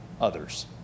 others